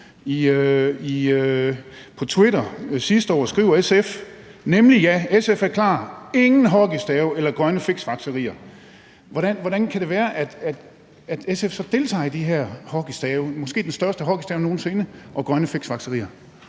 på Twitter sidste år: Nemlig ja, SF er klar, ingen hockeystav eller grønne fiksfakserier. Hvordan kan det så være, at SF deltager i det med den hockeystav – måske den største hockeystav nogen sinde – og grønne fiksfakserier?